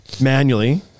manually